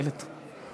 איילת.